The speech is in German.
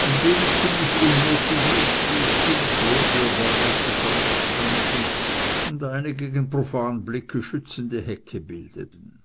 in denen ziemlich unmotiviert vier fünf lorbeerbäume zusammenstanden und eine gegen profanblicke schützende hecke bildeten